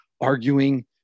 arguing